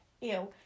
ew